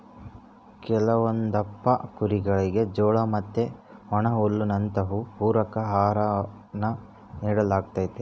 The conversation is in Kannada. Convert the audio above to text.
ಕೆಲವೊಂದಪ್ಪ ಕುರಿಗುಳಿಗೆ ಜೋಳ ಮತ್ತೆ ಒಣಹುಲ್ಲಿನಂತವು ಪೂರಕ ಆಹಾರಾನ ನೀಡಲಾಗ್ತತೆ